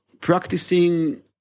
practicing